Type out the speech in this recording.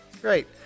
Great